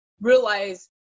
realize